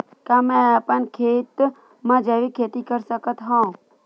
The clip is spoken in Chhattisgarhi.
का मैं अपन खेत म जैविक खेती कर सकत हंव?